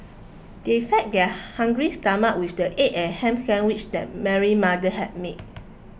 they fed their hungry stomachs with the egg and ham sandwiches that Mary mother had made